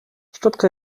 szczotka